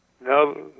No